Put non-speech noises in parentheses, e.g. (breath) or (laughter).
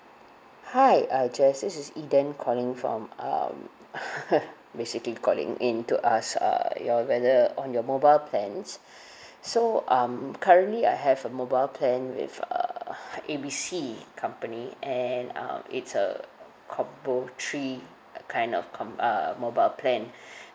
hi ah jess this is eden calling from um (laughs) basically calling in to ask uh your whether on your mobile plans (breath) so um currently I have a mobile plan with uh A B C company and um it's a combo three kind of com~ uh mobile plan (breath)